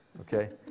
okay